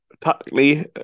tactically